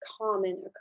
common